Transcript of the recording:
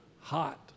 hot